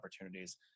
opportunities